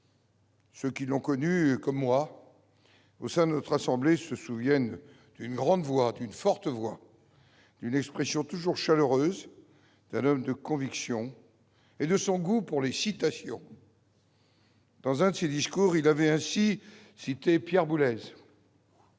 Ceux qui l'ont connu comme moi au sein de notre assemblée se souviennent d'une grande voix, d'une forte voix, d'une expression toujours chaleureuse, d'un homme de conviction et au goût marqué pour les citations. Dans l'un de ses discours, il avait ainsi cité Pierre Boulez